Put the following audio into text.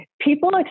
people